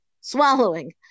swallowing